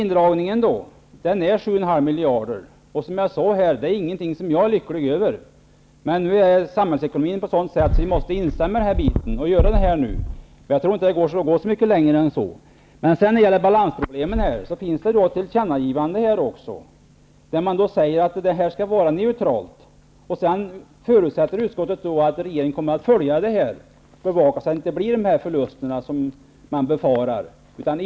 Indragningen är 7,5 miljarder. Som jag sade är det ingenting som jag är lycklig över. Samhällsekonomin är dock sådan att vi måste instämma i detta och göra det nu. Jag tror inte att vi kan gå särskilt mycket längre. När det gäller balansproblemen finns det ett tillkännagivande, där man säger att det här skall vara neutralt. Utskottet förutsätter att regeringen kommer att följa det här och bevaka att de förluster som man befarar inte skall uppstå.